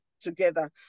together